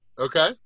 Okay